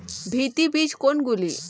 ভিত্তি বীজ কোনগুলি?